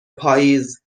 پائیز